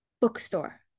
bookstore